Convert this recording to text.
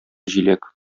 җиләк